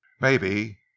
Maybe